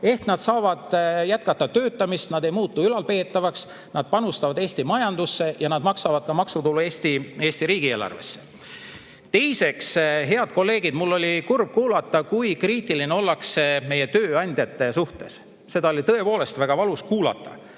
siis nad saavad jätkata töötamist, nad ei muutu ülalpeetavaks, nad panustavad Eesti majandusse ja maksavad ka maksutulu Eesti riigieelarvesse. Teiseks, head kolleegid, mul oli kurb kuulata, kui kriitiline ollakse meie tööandjate suhtes. Seda oli tõepoolest väga valus kuulata.